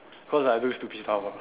cause like I do stupid stuff ah